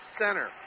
center